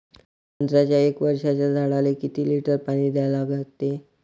संत्र्याच्या एक वर्षाच्या झाडाले किती लिटर पाणी द्या लागते?